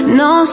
no